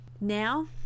now